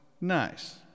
nice